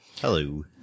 Hello